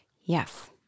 Yes